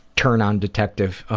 turn-on detective.